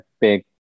big